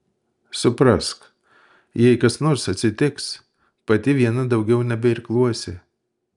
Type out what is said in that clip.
suprask jei kas nors atsitiks pati viena daugiau nebeirkluosi